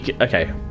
okay